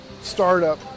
startup